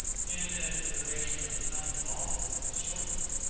and as the duration of the time of office is shortened.